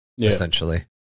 essentially